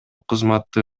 кызматты